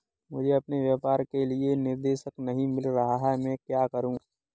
मुझे अपने व्यापार के लिए निदेशक नहीं मिल रहा है मैं क्या करूं?